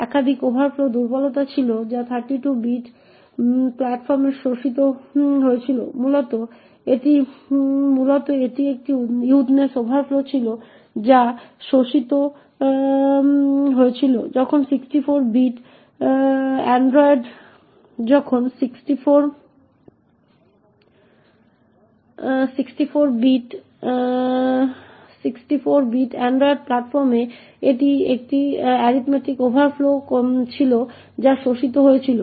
একাধিক ওভারফ্লো দুর্বলতা ছিল যা 32 বিট প্ল্যাটফর্মে শোষিত হয়েছিল মূলত এটি একটি উইডথনেস ওভারফ্লো ছিল যা শোষিত হয়েছিল যখন 64 বিট অ্যান্ড্রয়েড প্ল্যাটফর্মে এটি একটি এরিথমেটিক ওভারফ্লো ছিল যা শোষিত হয়েছিল